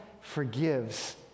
forgives